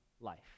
life